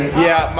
yeah,